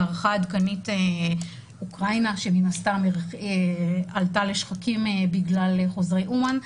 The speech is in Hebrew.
בהערכה עדכנית אוקראינה שמן הסתם עלתה לשחקים בגלל חוזרי אומן,